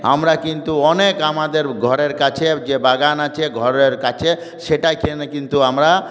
আমরা কিন্তু অনেক আমাদের ঘরের কাছে যে বাগান আছে ঘরের কাছে সেটাই খেনে কিন্তু আমরা